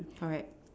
correct